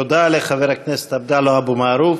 תודה לחבר הכנסת עבדאללה אבו מערוף.